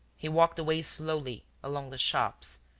he walked away slowly, along the shops,